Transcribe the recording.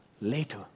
later